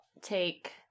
take